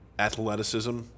Athleticism